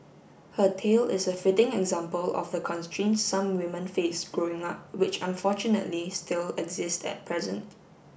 her tale is a fitting example of the constraints some women face growing up which unfortunately still exist at present